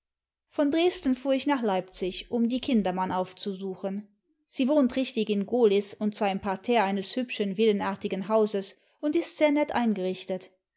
von dresden fuhr ich nach leipzig um die kindermann aufzusuchen sie wohnt richtig in gohlis und zwar im parterre eines hübschen villenartigen hauses und ist sehr nett eingerichtet